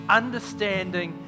understanding